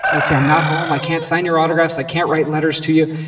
would say, i'm not home. i can't sign your autographs. i can't write letters to you,